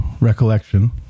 recollection